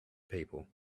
people